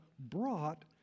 brought